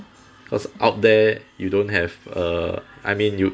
cause out there you don't have a I mean you